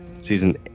Season